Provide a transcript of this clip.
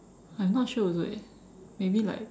I'm not sure also eh maybe like